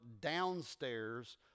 downstairs